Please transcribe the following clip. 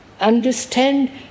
understand